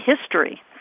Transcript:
history